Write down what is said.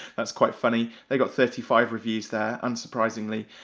that's quite funny, they got thirty five reviews there, unsurprisingly.